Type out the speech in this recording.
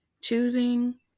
choosing